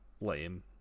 lame